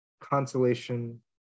consolation